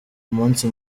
umunsi